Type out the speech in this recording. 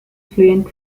fluent